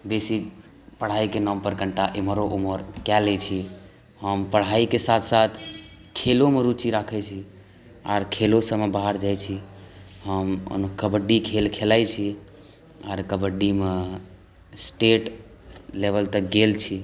बेसी पढ़ाइके नाम पर कनीटा इम्हरो उमहर कए लै छी हम पढ़ाइके साथ साथ खेलो मे रुची राखै छी आर खेलो सब मे बाहर जाइ छी हम कबड्डी खेल खेलाइ छी आर कबड्डी मे स्टेट लेवल तक गेल छी